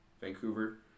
Vancouver